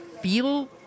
feel